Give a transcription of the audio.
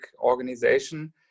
organization